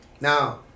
Now